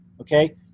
okay